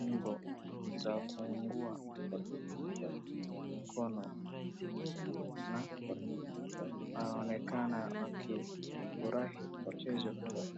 mbo za kuungua mkono na wanaonekana wakifurahi mchezo huo.